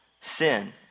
sin